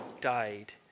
died